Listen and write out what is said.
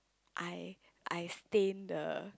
I I stain the